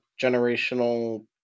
generational